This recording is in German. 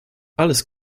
alles